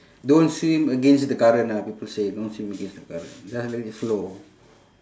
don't swim against the current ah people say don't swim against the current just let it flow